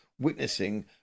witnessing